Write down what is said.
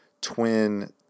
Twin